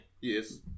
Yes